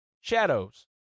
Shadows